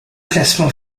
classement